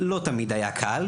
לא תמיד היה קל,